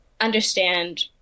understand